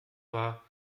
war